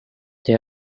they